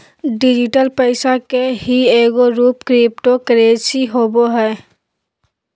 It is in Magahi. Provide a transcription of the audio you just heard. डिजिटल पैसा के ही एगो रूप क्रिप्टो करेंसी होवो हइ